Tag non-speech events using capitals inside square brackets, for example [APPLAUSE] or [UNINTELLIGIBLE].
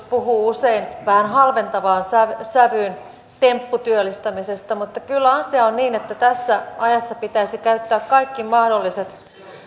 [UNINTELLIGIBLE] puhuu usein vähän halventavaan sävyyn tempputyöllistämisestä mutta kyllä asia on niin että tässä ajassa pitäisi käyttää kaikki mahdolliset